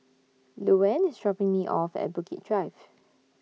Luanne IS dropping Me off At Bukit Drive